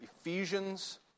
Ephesians